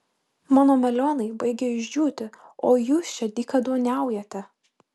mano melionai baigia išdžiūti o jūs čia dykaduoniaujate